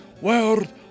world